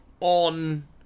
on